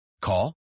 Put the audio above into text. Call